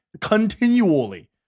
continually